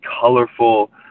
colorful